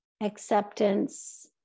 acceptance